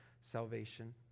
salvation